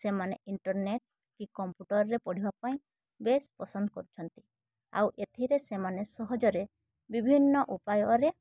ସେମାନେ ଇଣ୍ଟରନେଟ୍ କି କମ୍ପୁଟର୍ରେ ପଢ଼ିବା ପାଇଁ ବେଶ୍ ପସନ୍ଦ କରୁଛନ୍ତି ଆଉ ଏଥିରେ ସେମାନେ ସହଜରେ ବିଭିନ୍ନ ଉପାୟରେ